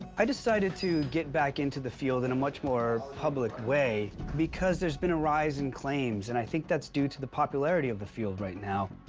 i decided to get back into the field in a much more public way because there's been a rise in claims, and i think that's due to the popularity of the field right now.